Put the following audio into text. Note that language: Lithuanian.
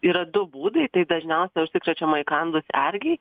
yra du būdai tai dažniausiai užsikrečiama įkandus erkei